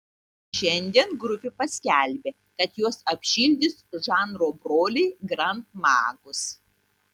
šiandien grupė paskelbė kad juos apšildys žanro broliai grand magus